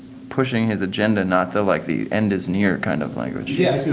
pushing his agenda, not the, like, the end is near kind of language yeah.